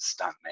Stuntman